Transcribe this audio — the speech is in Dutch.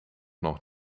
nog